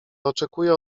oczekuję